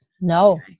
no